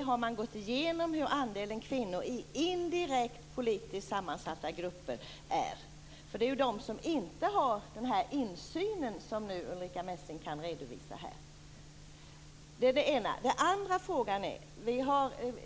Har man gått igenom andelen kvinnor i indirekt politiskt sammansatta grupper? Det är de som inte har insynen som